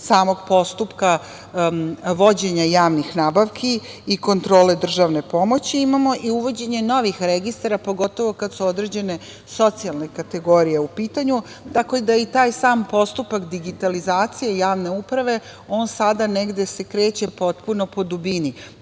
samog postupka vođenja javnih nabavki i kontrole državne pomoći, imamo i uvođenje novih registara pogotovo kada su određene socijalne kategorije u pitanju. Tako da je i taj sam postupak digitalizacije javne uprave, on se sada negde kreće potpuno po dubini.